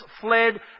fled